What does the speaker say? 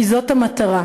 כי זאת המטרה.